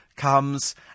Comes